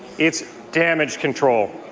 it's damage control.